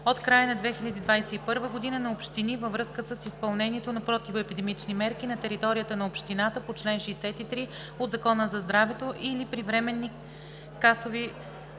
от края на 2021 г., на общини във връзка с изпълнението на противоепидемични мерки на територията на общината по чл. 63 от Закона за здравето или при временни касови